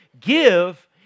Give